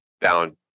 down